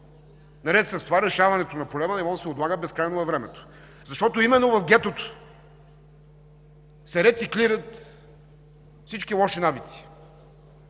Наред с това решаването на проблема не може да се отлага безкрайно във времето. Защото именно в гетото се рециклират всички лоши навици